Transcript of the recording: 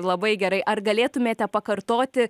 labai gerai ar galėtumėte pakartoti